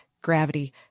gravity